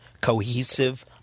cohesive